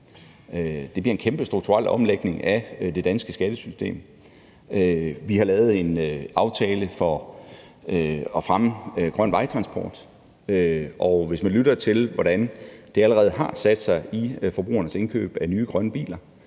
Det bliver en kæmpe strukturel omlægning af det danske skattesystem. Vi har lavet en aftale om at fremme grøn vejtransport, og hvis man lytter til, hvordan det allerede har sat sig i forbrugernes indkøb af nye grønne biler,